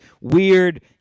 weird